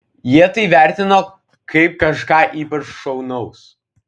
jie tai vertino kaip kažką ypač šaunaus